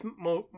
more